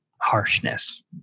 harshness